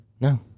No